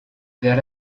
vers